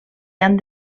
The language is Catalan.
han